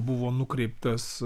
buvo nukreiptas